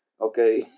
Okay